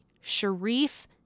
Sharif